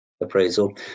appraisal